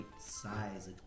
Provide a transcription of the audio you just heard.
size